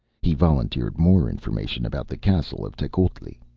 he volunteered more information about the castle of tecuhltli.